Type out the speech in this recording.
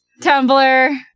Tumblr